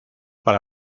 para